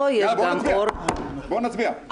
לא, גם מלכיאלי פה.